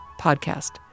podcast